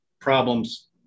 problems